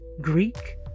Greek